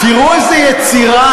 תראו איזה יצירה.